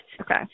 okay